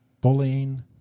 bullying